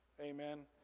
amen